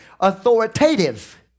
authoritative